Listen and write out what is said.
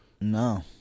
No